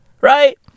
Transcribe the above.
Right